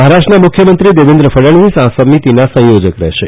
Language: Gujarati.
મહારાષ્ટ્રના મુખ્યમંત્રી દેવેન્દ્ર ફડણવીસ આ સમિતીના સંયોજક રહેશે